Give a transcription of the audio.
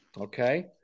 Okay